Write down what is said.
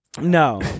No